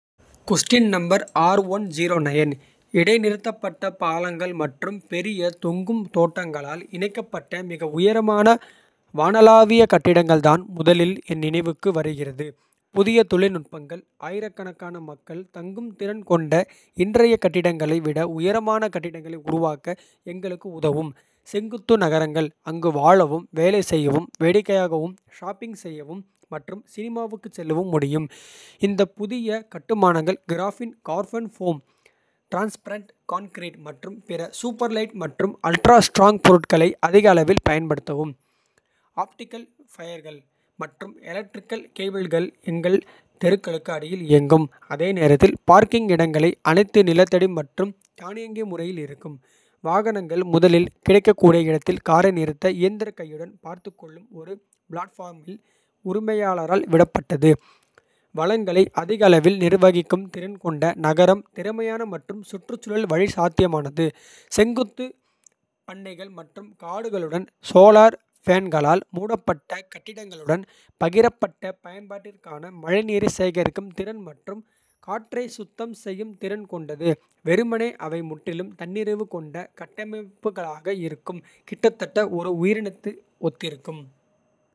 இடைநிறுத்தப்பட்ட பாலங்கள் மற்றும் பெரிய தொங்கும். தோட்டங்களால் இணைக்கப்பட்ட மிக உயரமான. வானளாவிய கட்டிடங்கள் தான் முதலில் என் நினைவுக்கு வருகிறது. புதிய தொழில்நுட்பங்கள் ஆயிரக்கணக்கான மக்கள் தங்கும். திறன் கொண்ட இன்றைய கட்டிடங்களை விட உயரமான. கட்டிடங்களை உருவாக்க எங்களுக்கு உதவும். செங்குத்து நகரங்கள் அங்கு வாழவும் வேலை செய்யவும். வேடிக்கையாகவும் ஷாப்பிங் செய்யவும் மற்றும் சினிமாவுக்குச். செல்லவும் முடியும் இந்த புதிய கட்டுமானங்கள் graphene. Carbon foam transparent concrete மற்றும். பிற சூப்பர்-லைட் மற்றும் அல்ட்ரா ஸ்ட்ராங் பொருட்களை. அதிக அளவில் பயன்படுத்தும். ஆப்டிகல் ஃபைபர்கள் மற்றும். எலக்ட்ரிக்கல் கேபிள்கள் எங்கள் தெருக்களுக்கு அடியில் இயங்கும். அதே நேரத்தில் பார்க்கிங் இடங்கள் அனைத்தும் நிலத்தடி மற்றும். தானியங்கி முறையில் இருக்கும் வாகனங்கள் முதலில். கிடைக்கக்கூடிய இடத்தில் காரை நிறுத்த இயந்திரக். கையுடன் பார்த்துக்கொள்ளும் ஒரு பிளாட்ஃபார்மில். உரிமையாளரால் விடப்பட்டது வளங்களை அதிக. அளவில் நிர்வகிக்கும் திறன் கொண்ட நகரம் திறமையான. மற்றும் சுற்றுச்சூழல் வழி சாத்தியமானது செங்குத்து. பண்ணைகள் மற்றும் காடுகளுடன் சோலார் பேனல்களால். மூடப்பட்ட கட்டிடங்களுடன் பகிரப்பட்ட பயன்பாட்டிற்காக. மழைநீரை சேகரிக்கும் திறன் மற்றும் காற்றை சுத்தம் செய்யும் திறன். கொண்டது வெறுமனே அவை முற்றிலும் தன்னிறைவு கொண்ட. கட்டமைப்புகளாக இருக்கும் கிட்டத்தட்ட ஒரு உயிரினத்தை ஒத்திருக்கும்.